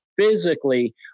Physically